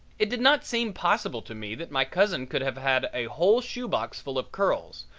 it did not seem possible to me that my cousin could have had a whole shoebox full of curls,